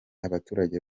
abaturage